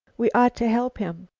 we ought to help him.